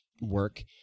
work